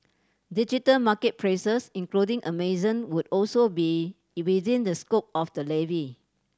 digital market places including Amazon would also be it within the scope of the levy